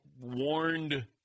warned